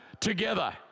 together